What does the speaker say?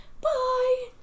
Bye